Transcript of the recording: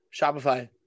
Shopify